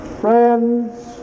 Friends